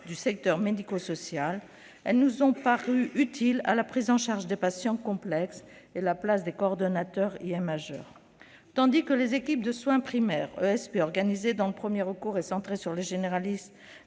du secteur médico-social. Elles nous ont paru utiles à la prise en charge des patients complexes. La place des coordonnateurs y est majeure. Tandis que les équipes de soins primaires, ou ESP, organisées autour du premier recours et centrées sur les généralistes,